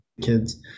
kids